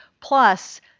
plus